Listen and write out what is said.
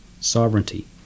sovereignty